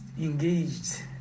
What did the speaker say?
engaged